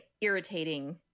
irritating